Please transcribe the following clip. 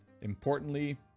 Importantly